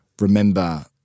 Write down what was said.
remember